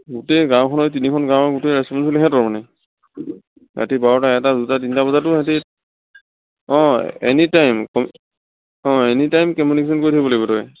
গোটেই গাঁওখনৰ এই তিনিখন গাঁৱৰ গোটেই ৰেছপন্সিবিলিটি সিহঁতৰ মানে ৰাতি বাৰটা এটা দুটা তিনিটা বজাতটো সিহঁতি অঁ এনি টাইম অঁ এনি টাইম কমিউনিকশ্যন কৰি থাকিব লাগিব তই